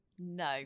no